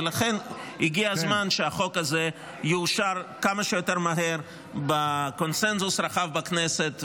ולכן הגיע הזמן שהחוק הזה יאושר כמה שיותר מהר בקונסנזוס רחב בכנסת.